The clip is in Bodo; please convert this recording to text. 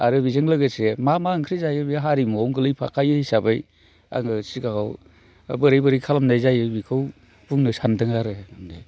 आरो बेजों लोगोसे मा मा ओंख्रि जायो बे हारिमुआव गोलैफाखायो हिसाबै आङो सिगाङाव बोरै बोरै खालामनाय जायो बेखौ बुंनो सानदों आरो